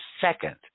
second